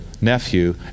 nephew